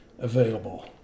available